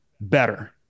better